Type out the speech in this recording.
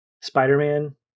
spider-man